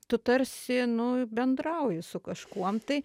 tu tarsi nu bendrauji su kažkuom tai